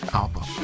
album